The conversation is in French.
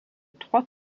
trois